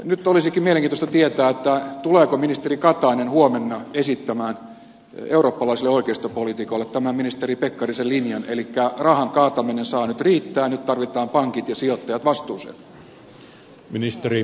nyt olisikin mielenkiintoista tietää tuleeko ministeri katainen huomenna esittämään eurooppalaisille oikeistopoliitikoille tämän ministeri pekkarisen linjan elikkä rahan kaataminen saa nyt riittää nyt tarvitaan pankit ja sijoittajat vastuuseen